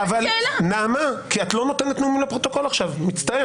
כי את לא נותנת נאום לפרוטוקול עכשיו, מצטער.